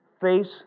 Face